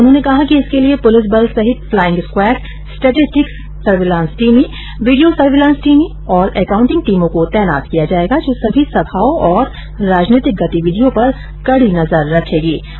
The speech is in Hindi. उन्होने कहा कि इसके लिए पुलिस बल सहित फ्लाइंग स्कवैड स्टेटिटिक्स सर्विलांस टीमे वीडियों सर्विलांस टीमे और एकाउंटिंग टीमों को तैनात किया जायेगा जो सभी सभाओं और राजनैतिक गतिविधियों पर कड़ी नजर रखेगीं